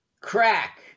Crack